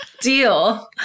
deal